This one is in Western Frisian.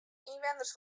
ynwenners